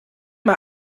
mal